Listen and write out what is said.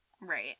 Right